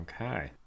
Okay